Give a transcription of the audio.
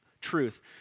truth